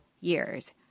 years